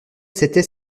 c’était